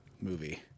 movie